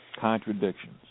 contradictions